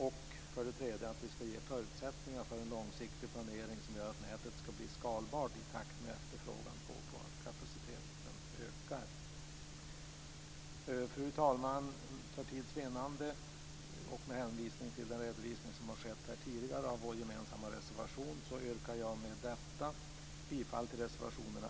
För det tredje ska vi skapa förutsättningar för en långsiktig planering, som gör att nätet ska bli skalbart i takt med den ökade efterfrågan på kapacitet. Fru talman! För tids vinnande och med hänvisning till den redovisning av vår gemensamma reservation som gjorts tidigare yrkar jag bifall till reservationerna